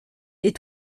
est